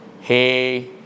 Hey